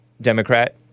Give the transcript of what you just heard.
Democrat